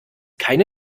keine